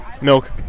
Milk